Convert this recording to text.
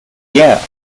yeah